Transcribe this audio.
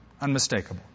Unmistakable